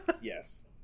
Yes